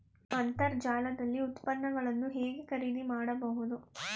ಅಂತರ್ಜಾಲದಲ್ಲಿ ಉತ್ಪನ್ನಗಳನ್ನು ಹೇಗೆ ಖರೀದಿ ಮಾಡುವುದು?